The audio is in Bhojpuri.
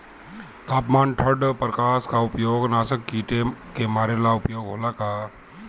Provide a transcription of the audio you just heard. तापमान ठण्ड प्रकास का उपयोग नाशक कीटो के मारे ला उपयोग होला का?